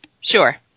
Sure